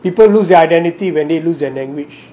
people lose their identity when they lose their language